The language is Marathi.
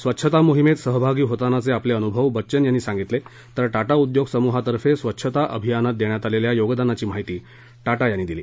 स्वच्छता मोहिमेत सहभागी होतानाचे आपले अनुभव बच्चन यांनी सांगितले तर टाटा उद्योग समूहातर्फे स्वच्छता अभियानात देण्यात आलेल्या योगदानाची माहिती टाटा यांनी दिली